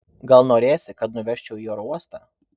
gal norėsi kad nuvežčiau į oro uostą